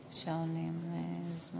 ההצעה להעביר את הנושא